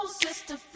sister